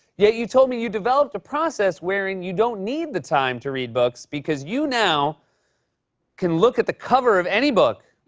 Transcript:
yet you told me you developed a process wherein you don't need the time to read books because you now can look at the cover of any book,